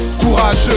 Courageux